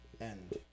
end